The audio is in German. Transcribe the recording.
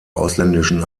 ausländischen